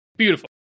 Beautiful